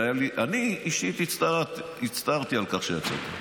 ואני אישית הצטערתי על כך שיצאת,